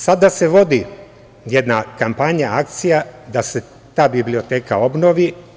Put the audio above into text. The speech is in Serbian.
Sada se vodi jedna kampanja, akcija da se ta biblioteka obnovi.